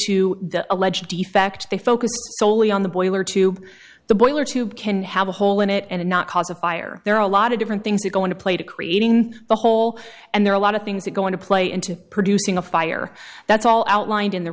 to the alleged defect they focused solely on the boiler tube the boiler tube can have a hole in it and not cause a fire there are a lot of different things that go into play to creating the hole and there are a lot of things that go into play into producing a fire that's all outlined in the